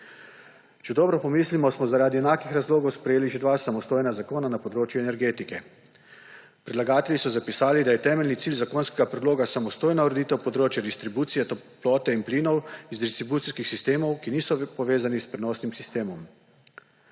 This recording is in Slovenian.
Če dobro pomislimo, smo zaradi enakih razlogov sprejeli že dva samostojna zakona na področju energetike. Predlagatelji so zapisali, da je temeljni cilj zakonskega predloga samostojna ureditev področja distribucije toplote in plinov iz distribucijskih sistemov, ki niso povezani s prenosnim sistemom.